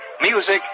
music